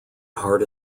heart